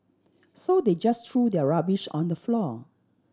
so they just threw their rubbish on the floor